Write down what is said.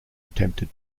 attempted